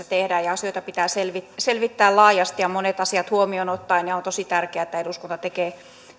tehdään ja asioita pitää selvittää selvittää laajasti ja monet asiat huomioon ottaen on tosi tärkeää että eduskunta tekee